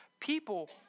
people